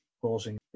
causing